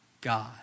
God